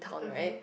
(uh huh)